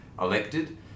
elected